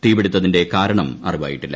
തീപിടിത്തത്തിന്റെ കാരണം അറിവായിട്ടില്ല